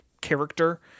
character